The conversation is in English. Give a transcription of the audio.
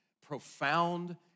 profound